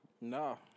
No